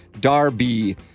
Darby